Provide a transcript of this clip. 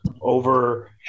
over